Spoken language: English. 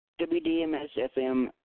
WDMS-FM